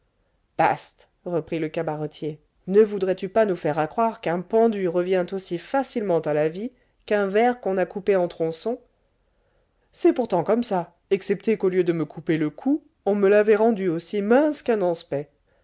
bast reprit le cabaretier ne voudrais-tu pas nous faire accroire qu'un pendu revient aussi facilement à la vie qu'un ver qu'on a coupé en tronçons c'est pourtant comme ça excepté qu'au lieu de me couper le cou on me l'avait rendu aussi mince qu'un anspect